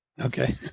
Okay